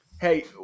Hey